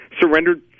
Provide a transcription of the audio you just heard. surrendered